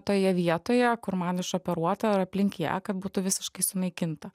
toje vietoje kur man išoperuota ir aplink ją kad būtų visiškai sunaikinta